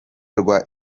rwa